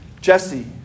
jesse